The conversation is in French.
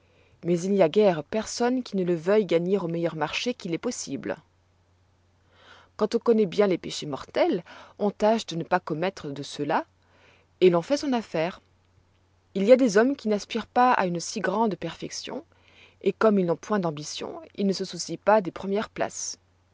mais il n'y a guères personne qui ne le veuille gagner à meilleur marché qu'il est possible quand on connoît bien les péchés mortels on tâche de ne pas commettre de ceux-là et l'on fait son affaire il y a des hommes qui n'aspirent pas à une si grande perfection et comme ils n'ont point d'ambition ils ne se soucient pas des premières places